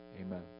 Amen